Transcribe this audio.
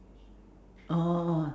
oh